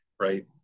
right